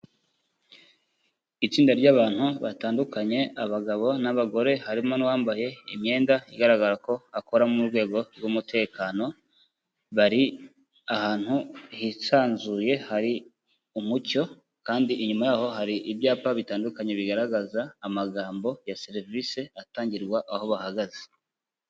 Itsinda ry'abantu batandukanye abagabo n'abagore, harimo n'uwambaye imyenda igaragara ko akora mu rwego rw'umutekano, bari ahantu hisanzuye hari umucyo kandi inyuma yaho hari ibyapa bitandukanye, bigaragaza amagambo ya serivisi atangirwa aho bahagaze.